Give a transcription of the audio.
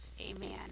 Amen